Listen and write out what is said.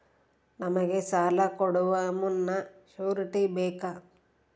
ನಮಗೆ ಸಾಲ ಕೊಡುವ ಮುನ್ನ ಶ್ಯೂರುಟಿ ಬೇಕಾ?